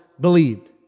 believed